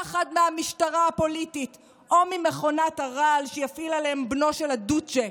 פחד מהמשטרה הפוליטית או ממכונת הרעל שיפעיל עליהם בנו של הדוצ'ה,